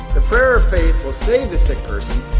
the prayer of faith will save the sick person,